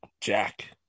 Jack